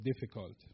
difficult